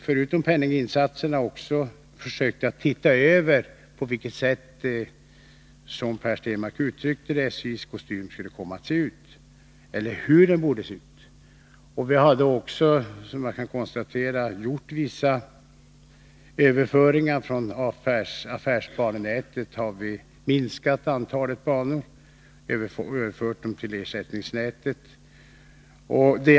Förutom de penninginsatser vi har gjort har vi också försökt ta ställning till hur — som Per Stenmarck uttryckte det — SJ:s kostym bör se ut. Som man kan konstatera har vi gjort vissa överföringar. Vi har minskat antalet banor på affärsbanenätet och överfört dem till det ersättningsberättigade nätet.